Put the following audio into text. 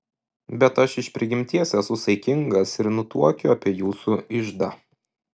bet aš iš prigimties esu saikingas ir nutuokiu apie jūsų iždą